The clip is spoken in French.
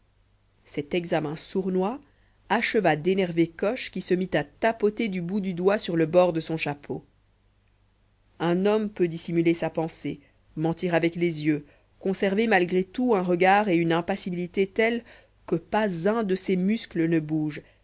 cet examen sournois acheva d'énerver coche qui se mit à tapoter du bout du doigt sur le bord de son chapeau un homme peut dissimuler sa pensée mentir avec les yeux conserver malgré tout un regard et une impassibilité tels que pas un de ses muscles ne bouge